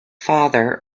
father